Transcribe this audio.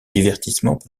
divertissement